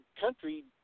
country